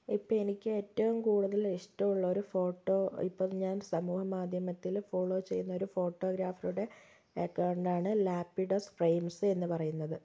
ഇപ്പം എനിക്ക് ഏറ്റവും കൂടുതൽ ഇഷ്ടമുള്ള ഒരു ഫോട്ടോ ഇപ്പം ഞാൻ സമൂഹ മാധ്യമത്തിൽ ഫോളോ ചെയ്യുന്ന ഒരു ഫോട്ടോഗ്രാഫറുടെ അക്കൗണ്ട് ആണ് ലാപ്പിഡോസ് ഫ്രെയിംസ് എന്ന് പറയുന്നത്